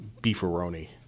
beefaroni